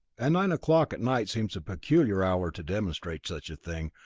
and nine o'clock at night seems a peculiar hour to demonstrate such a thing,